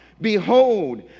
Behold